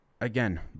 Again